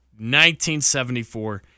1974